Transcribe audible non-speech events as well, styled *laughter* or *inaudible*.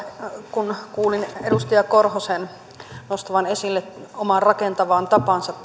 kun kuulin edustaja korhosen nostavan esille omaan rakentavaan tapaansa *unintelligible*